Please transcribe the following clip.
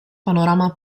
panorama